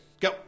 Go